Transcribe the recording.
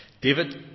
David